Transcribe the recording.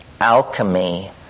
alchemy